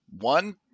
One